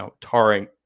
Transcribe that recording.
tarring